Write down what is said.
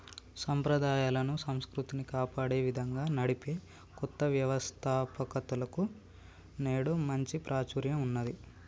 సంప్రదాయాలను, సంస్కృతిని కాపాడే విధంగా నడిపే కొత్త వ్యవస్తాపకతలకు నేడు మంచి ప్రాచుర్యం ఉన్నది